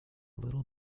little